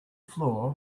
floor